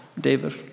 David